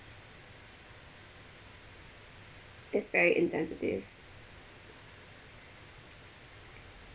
it's very insensitive